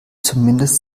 zumindest